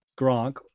Gronk